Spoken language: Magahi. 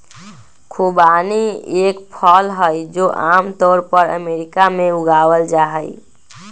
खुबानी एक फल हई, जो आम तौर पर अमेरिका में उगावल जाहई